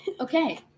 Okay